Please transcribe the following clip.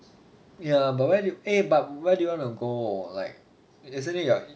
ya but where do you eh but where do you want to go like yesterday you are